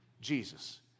Jesus